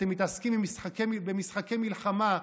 אתם מתעסקים במשחקי מלחמה.